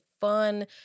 fun